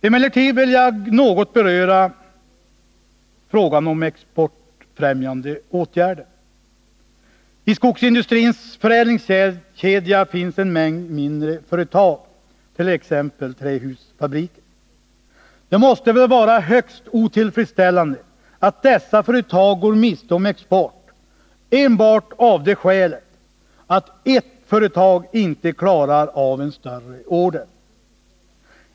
Emellertid vill jag något beröra frågan om exportfrämjande åtgärder. I skogsindustrins förädlingskedja finns en mängd mindre företag, t.ex. trähusfabriker. Det måste väl vara högst otillfredsställande att dessa företag går miste om export enbart av det skälet att ett företag inte klarar av en större order.